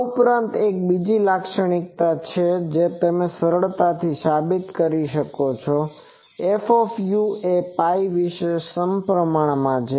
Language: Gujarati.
આ ઉપરાંત એક બીજી લાક્ષણિકતા છે જે તમે સરળતાથી સાબિત કરી શકો છો કે f એ Π વિશે સપ્રમાણ છે